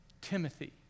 Timothy